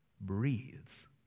breathes